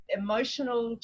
emotional